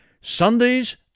Sundays